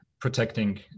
protecting